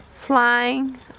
Flying